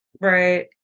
right